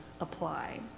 apply